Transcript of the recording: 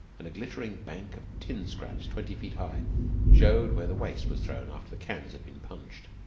and a glittering bank of tin scraps twenty feet high showed where the waste was thrown after the cans had been punched.